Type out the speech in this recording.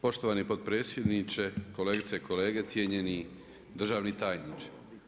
Poštovani predsjedniče, kolegice i kolege, cijenjeni državni tajniče.